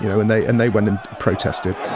you know, and they and they went and protested